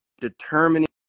determining